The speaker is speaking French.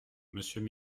monsieur